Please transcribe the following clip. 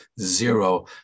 zero